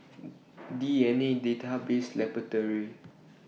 D N A Database Laboratory